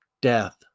death